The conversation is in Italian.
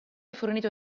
fornito